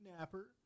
Napper